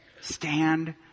Stand